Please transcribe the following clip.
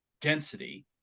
density